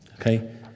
Okay